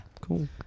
cool